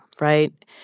right